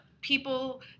people